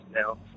now